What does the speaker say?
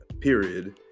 period